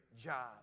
job